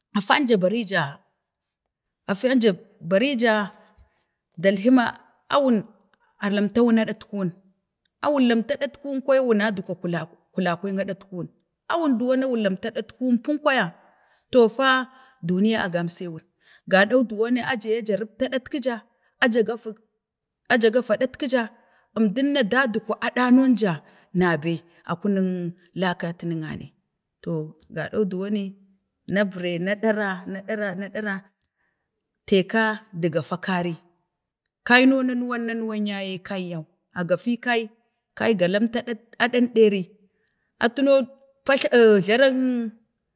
afan ja bari ja, afan ja bari ja, dalhima awun a lamta wun aɗatkuwun, awun lamta aɗet kuwun kwaya, wunat, wunat gwa kulenig, kuleikulan aɗatkuwun, awun dowon na wun lamtu aɗatkuwun pum kwaya to fa duniya, a gamesewun, gadau dowona aja ye ja, rupta ɗatkəja a ja gafuk, aja gatu adətkəja əmdəm na ɗaɗgu a ɗanon ja na bee, a kuneng lakatunuwane to gaɗau dowone na vire na ɗara, na ɗara, na ɗara taika dugeta karii, kai no nanawannanawan ya ye kai yawan, a gafi kai, kai go lamtak aɗan, aɗan ɗeri atu no pajta jlaran